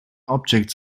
object